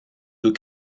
bout